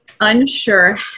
unsure